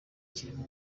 kirimo